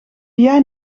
jij